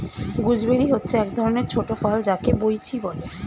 gooseberry হচ্ছে এক ধরণের ছোট ফল যাকে বৈঁচি বলে